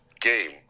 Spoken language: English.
game